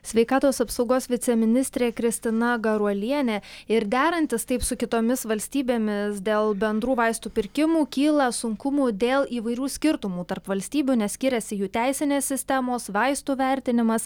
sveikatos apsaugos viceministrė kristina garuolienė ir derantis taip su kitomis valstybėmis dėl bendrų vaistų pirkimų kyla sunkumų dėl įvairių skirtumų tarp valstybių nes skiriasi jų teisinės sistemos vaistų vertinimas